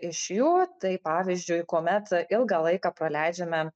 iš jų tai pavyzdžiui kuomet ilgą laiką praleidžiame